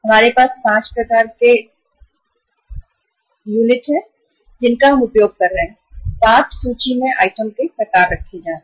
हमारे पास 5 प्रकार के आविष्कार हैं जिनका हम उपयोग कर रहे हैं 5 सूची में आइटम के प्रकार रखे जा रहे हैं